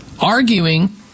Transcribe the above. arguing